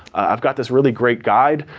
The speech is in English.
i've got this really great guide,